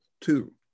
two